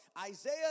Isaiah